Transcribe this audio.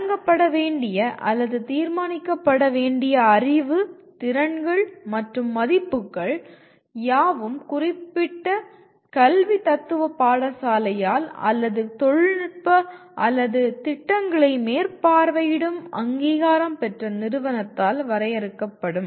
வழங்கப்பட வேண்டிய அல்லது தீர்மானிக்கப்பட வேண்டிய அறிவு திறன்கள் மற்றும் மதிப்புகள் யாவும் குறிப்பிட்ட கல்வி தத்துவ பாடசாலையால் அல்லது தொழில்நுட்ப அல்லது திட்டங்களை மேற்பார்வையிடும் அங்கீகாரம் பெற்ற நிறுவனத்தால் வரையறுக்கப்படும்